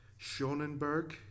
Schonenberg